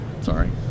Sorry